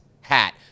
hat